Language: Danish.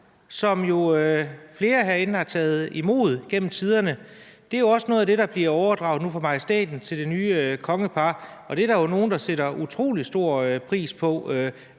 jo flere herinde har taget imod igennem tiderne og også er noget af det, der bliver overdraget nu fra majestæten til det nye kongepar, også er en del af fællesskabet. Så